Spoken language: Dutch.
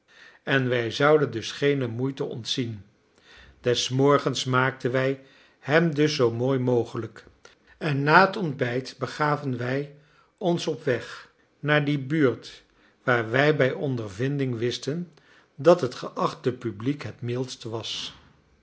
en wij zouden dus geen moeite ontzien des morgens maakten wij hem dus zoo mooi mogelijk en na het ontbijt begaven wij ons op weg naar die buurt waar wij bij ondervinding wisten dat het geachte publiek het mildst was